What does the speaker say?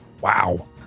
Wow